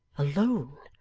alone!